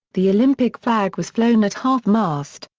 the olympic flag was flown at half-mast,